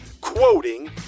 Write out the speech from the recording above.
quoting